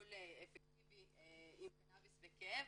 טיפול אפקטיבי עם קנאביס בכאב.